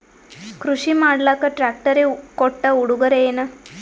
ಕೃಷಿ ಮಾಡಲಾಕ ಟ್ರಾಕ್ಟರಿ ಕೊಟ್ಟ ಉಡುಗೊರೆಯೇನ?